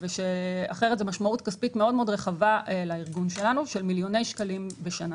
אחרת זו משמעות כספית מאוד מאוד רחבה של מיליוני שקלים בשנה